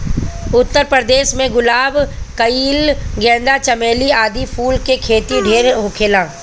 उत्तर प्रदेश में गुलाब, कनइल, गेंदा, चमेली आदि फूल के खेती ढेर होखेला